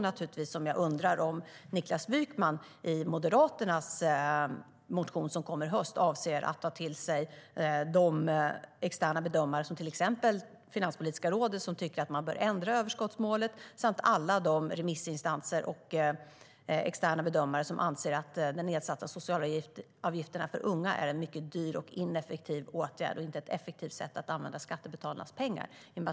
Jag undrar om Niklas Wykman i Moderaternas motion som kommer i höst avser att ta till sig de externa bedömare, som till exempel Finanspolitiska rådet, som tycker att man bör ändra överskottsmålet samt alla de remissinstanser och externa bedömare som anser att de nedsatta socialavgifterna för unga är en mycket dyr och ineffektiv åtgärd och inte ett effektivt sätt att använda skattebetalarnas pengar.